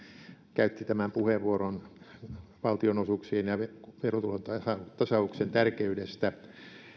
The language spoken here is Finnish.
käytti tämän puheenvuoron valtionosuuksien ja verotulotasauksen tärkeydestä